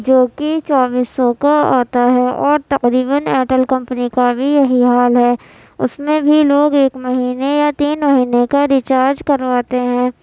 جو کہ چوبیس سو کا آتا ہے اور تقریباً ایئرٹیل کمپنی کا بھی یہی حال ہے اس میں بھی لوگ ایک مہینے یا تین مہینے کا ریچارج کرواتے ہیں